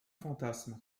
fantasme